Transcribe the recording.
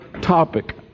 topic